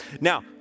Now